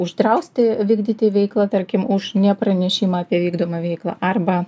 uždrausti vykdyti veiklą tarkim už nepranešimą apie vykdomą veiklą arba